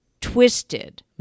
twisted